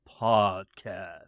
podcast